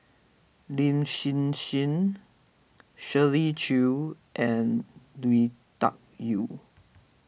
Lin Hsin Hsin Shirley Chew and Lui Tuck Yew